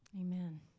Amen